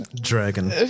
Dragon